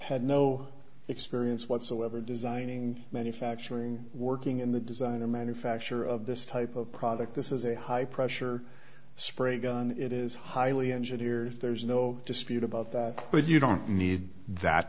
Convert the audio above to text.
had no experience whatsoever designing manufacturing working in the design or manufacture of this type of product this is a high pressure spray gun it is highly engineered there's no dispute about that but you don't need that